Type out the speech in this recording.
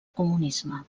comunisme